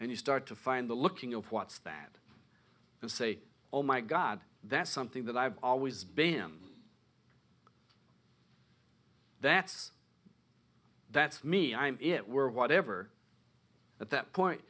and you start to find the looking of what's that and say oh my god that's something that i've always been that's that's me i'm it we're whatever at that point